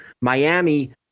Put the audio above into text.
Miami